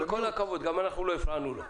עם כל הכבוד, גם אנחנו לא הפרענו לו.